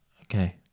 Okay